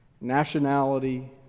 nationality